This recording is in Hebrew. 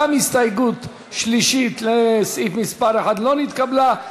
גם ההסתייגות השלישית לסעיף 1 לא נתקבלה.